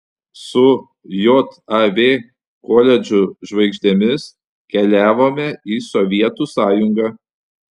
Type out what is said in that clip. su jav koledžų žvaigždėmis keliavome į sovietų sąjungą